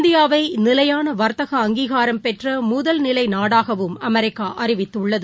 இந்தியாவைநிலையானவர்த்தக அங்கீகாரம் பெற்றமுதல்நிலைநாடாகவும் அமெரிக்காஅறிவித்துள்ளது